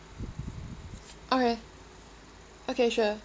okay okay sure